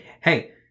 hey